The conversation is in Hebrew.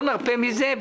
לא נרפה מזה,